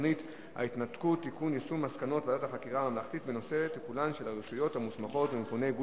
מתנגדים ואין נמנעים.